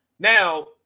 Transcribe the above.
Now